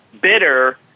bitter